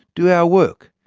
do our work,